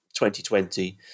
2020